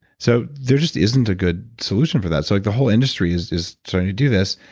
so there just isn't a good solution for that. so like the whole industry is is starting to do this,